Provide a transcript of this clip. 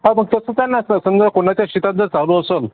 हा मग तसंच आहे ना सर समजा कोणाच्या शेतात जर चालू असेल